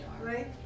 right